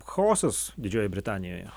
chaosas didžiojoj britanijoje